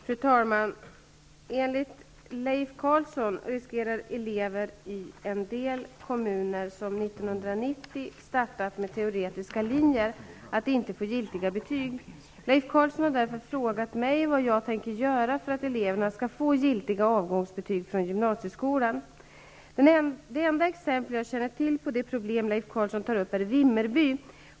Fru talman! Enligt Leif Carlson riskerar elever i en del kommuner, som 1990 startat med teoretiska linjer, att inte få giltiga betyg. Leif Carlson har därför frågat mig vad jag tänker göra för att eleverna skall få giltiga avgångsbetyg från gymnasieskolan. Det enda exempel som jag känner till på det problem som Leif Carlson tar upp är Vimmerby.